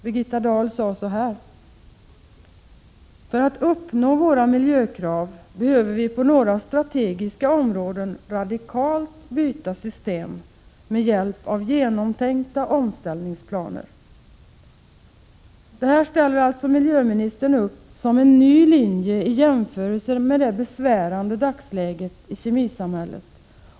Birgitta Dahl sade: ”För att uppnå våra miljökrav behöver vi på några strategiska områden radikalt byta system, med hjälp av genomtänkta omställningsplaner.” Detta ställer miljöministern upp som en ny linje i jämförelse med det besvärande dagsläget i kemisamhället.